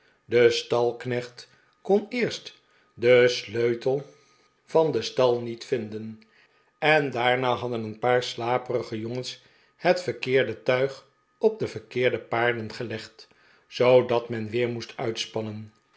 de stalknecht kon eerst den sleutel van dickens pickwick elub ii den stal niet vinden en daarna hadden een paar slaperige jongens het verkeerde tuig op de verkeerde paarden gelegd zoodat men weer'moest uitspannen